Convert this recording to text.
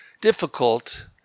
difficult